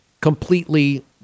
completely –